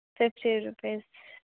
سر چھ روپیز